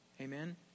Amen